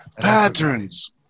patterns